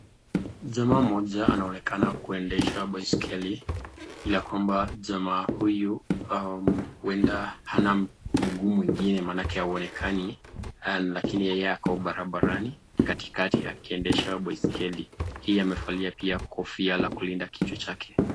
jamaa mmoja anaonekana kuendeshwa baiskeli ya kwamba jamaa huyu huenda ana miguu mwingine manake hauonekani lakini yeye ako barabarani katikati akiendesha baiskeli pia amevalia pia kofia la kulinda kichwa chake.